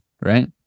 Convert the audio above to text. right